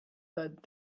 that